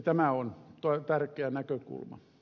tämä on tärkeä näkökulma